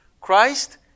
Christ